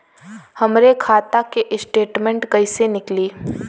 हमरे खाता के स्टेटमेंट कइसे निकली?